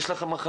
יש לך מחלה,